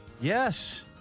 Yes